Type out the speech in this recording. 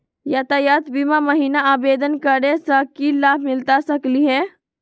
यातायात बीमा महिना आवेदन करै स की लाभ मिलता सकली हे?